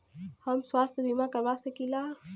हम स्वास्थ्य बीमा करवा सकी ला?